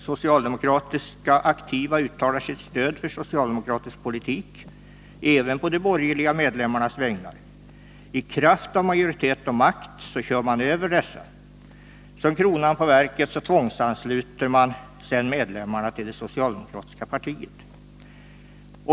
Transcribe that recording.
Socialdemokratiska aktiva uttalar sitt stöd för socialdemokratisk politik även på de borgerliga medlemmarnas vägnar. I kraft av majoritet och makt kör man bara över dessa. Som kronan på verket tvångsansluter man sedan medlemmarna till det socialdemokratiska partiet.